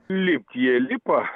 lipt jie lipa